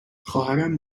خواهرم